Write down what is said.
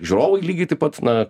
žiūrovai lygiai taip pat na